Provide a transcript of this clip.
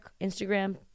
Instagram